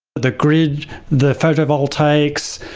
the grid, the photovoltaics,